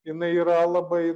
jinai yra labai